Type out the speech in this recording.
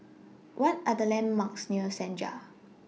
What Are The landmarks near Senja